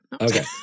Okay